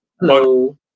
Hello